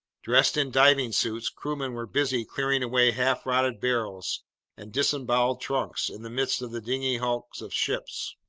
dressed in diving suits, crewmen were busy clearing away half-rotted barrels and disemboweled trunks in the midst of the dingy hulks of ships.